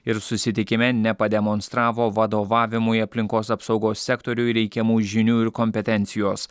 ir susitikime nepademonstravo vadovavimui aplinkos apsaugos sektoriui reikiamų žinių ir kompetencijos